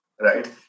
Right